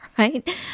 Right